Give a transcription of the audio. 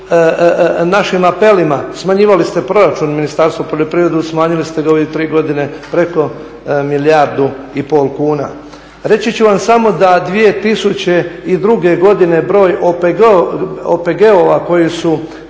našim apelima, smanjivali ste proračun Ministarstva poljoprivrede. Smanjili ste ga u ovih 3 godine preko milijardu i pol kuna. Reći ću vam samo da 2002. godine broj OPG-ova koji su